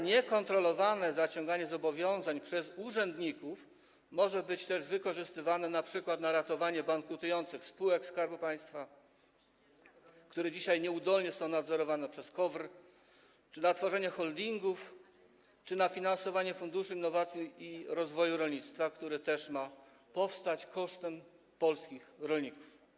Niekontrolowane zaciąganie zobowiązań przez urzędników może być też jednak wykorzystywane np. przy ratowaniu bankrutujących spółek Skarbu Państwa, które są dzisiaj nieudolnie nadzorowane przez KOWR, tworzeniu holdingów czy finansowaniu Funduszu Innowacji i Rozwoju Rolnictwa, który ma powstać kosztem polskich rolników.